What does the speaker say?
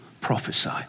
prophesy